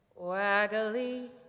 waggly